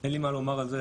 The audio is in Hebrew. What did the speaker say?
אין לי מה לומר על זה.